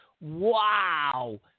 wow